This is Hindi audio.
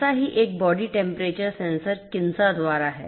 ऐसा ही एक बॉडी टेम्परेचर सेंसर किन्सा द्वारा है